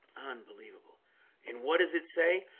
unbelievable and what does it say?